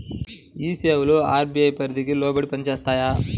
ఈ సేవలు అర్.బీ.ఐ పరిధికి లోబడి పని చేస్తాయా?